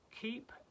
keep